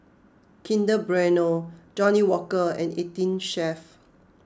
Kinder Bueno Johnnie Walker and eighteen Chef